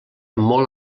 molt